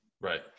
Right